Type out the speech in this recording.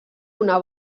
una